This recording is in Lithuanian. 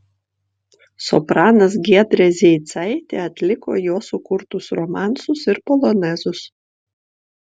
sopranas giedrė zeicaitė atliko jo sukurtus romansus ir polonezus